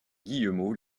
guillemot